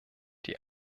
die